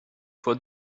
for